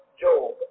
Job